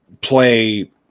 play